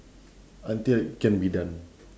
until it can be done